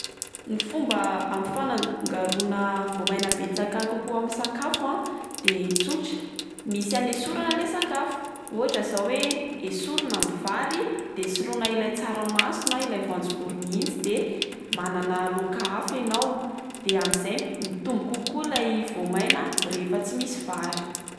Ny fomba ampifanan- garoana voamaina betsaka kokoa amin'ny sakafo a de tsotra misy anesorana le sakafo ohatra zao oe esorina ny vary de soloina ilay tsaramaso na ilay voajobory mihitsy de manana laoka hafa enao de amin'izay mitombo kokoa ilay voamaina rehefa tsy misy vary.